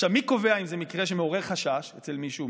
עכשיו, מי קובע אם זה מקרה שמעורר חשש אצל מישהו?